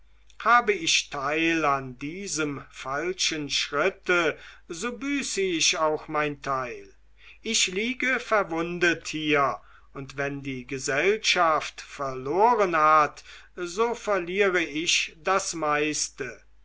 habe ich teil an diesem falschen schritte so büße ich auch mein teil ich liege verwundet hier und wenn die gesellschaft verloren hat so verliere ich das meiste